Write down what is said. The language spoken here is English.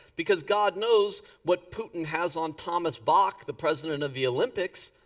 because god knows what putin has on thomas bach, the president of the olympics.